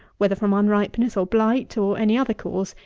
whether from unripeness or blight, or any other cause,